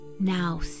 Now